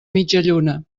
mitjalluna